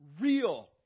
real